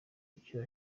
icyo